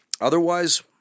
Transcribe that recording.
otherwise